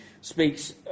speaks